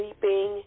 sleeping